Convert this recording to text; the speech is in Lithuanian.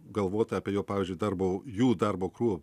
galvota apie jo pavyzdžiui darbo jų darbo krūvio